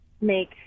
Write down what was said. make